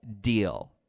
deal